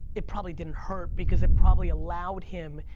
it probably didn't hurt because it probably allowed him,